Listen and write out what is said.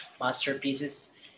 masterpieces